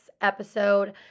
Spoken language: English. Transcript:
episode